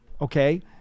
okay